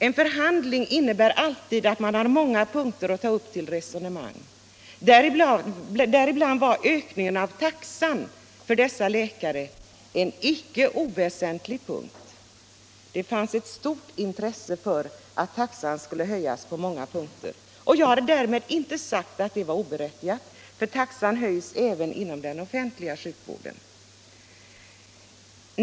En förhandling innebär att man tar upp många punkter till resonemang. I detta sammanhang var en höjning av taxan för dessa läkare en icke oväsentlig punkt. Det fanns ett stort intresse för höjning av taxan på många punkter. Jag har inte sagt att de kraven skulle vara oberättigade, eftersom taxan höjs även inom den offentliga sjukvården.